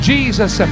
Jesus